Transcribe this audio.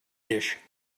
dish